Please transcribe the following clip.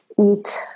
eat